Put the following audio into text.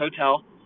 hotel